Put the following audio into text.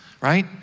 right